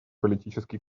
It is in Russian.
политический